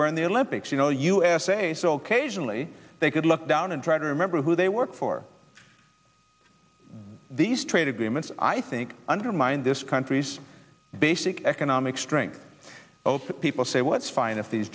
were in the olympics you know u s a s ok generally they could look down and try to remember who they work for these trade agreements i think undermine this country's basic economic strength that people say well it's fine if these